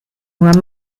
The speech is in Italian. una